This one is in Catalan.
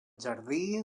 jardí